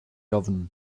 oven